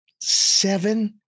seven